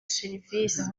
serivisi